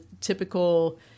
typical